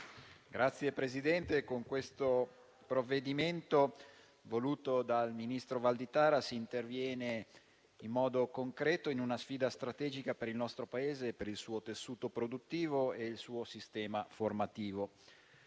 Signor Presidente, con questo provvedimento voluto dal ministro Valditara si interviene in modo concreto in una sfida strategica per il nostro Paese, per il suo tessuto produttivo e per il suo sistema formativo.